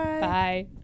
Bye